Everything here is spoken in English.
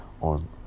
on